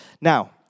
Now